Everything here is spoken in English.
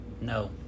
No